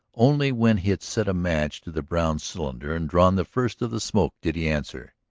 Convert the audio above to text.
only when he had set a match to the brown cylinder and drawn the first of the smoke did he answer.